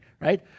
right